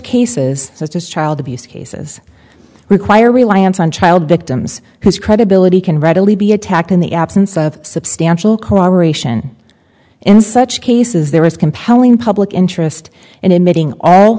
cases such as child abuse cases require reliance on child victims whose credibility can readily be attacked in the absence of substantial cooperation in such cases there is compelling public interest